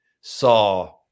saw